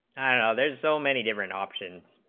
others so many different options